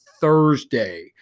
Thursday